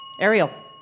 Ariel